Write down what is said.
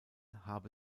habe